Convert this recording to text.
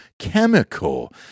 chemical